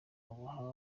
bamuha